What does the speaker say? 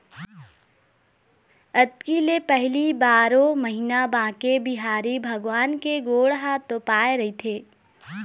अक्ती ले पहिली बारो महिना बांके बिहारी भगवान के गोड़ ह तोपाए रहिथे